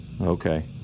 Okay